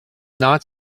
not